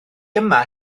yma